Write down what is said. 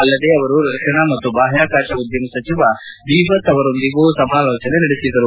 ಅಲ್ಲದೆ ಅವರು ರಕ್ಷಣಾ ಮತ್ತು ಬಾಹ್ಯಾಕಾಶ ಉದ್ಯಮ ಸಚಿವ ಬೀಬತ್ ಅತಮ್ಕುಲೋವ್ ಅವರೊಂದಿಗೂ ಸಮಾಲೋಚನೆ ನಡೆಸಿದರು